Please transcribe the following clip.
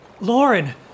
Lauren